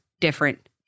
different